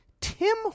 Tim